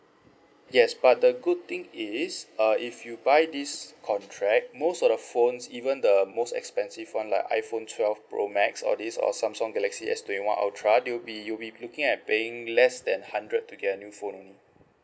yes but the good thing is uh if you buy this contract most of the phones even the most expensive [one] like iphone twelve pro max all this or samsung galaxy S twenty one ultra you'll be you'll be looking at paying less than hundred to get a new phone